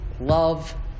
love